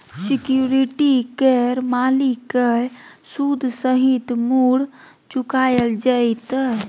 security केर मालिक केँ सुद सहित मुर चुकाएल जेतै